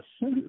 Yes